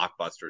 blockbusters